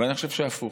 ואני חושב הפוך.